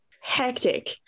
hectic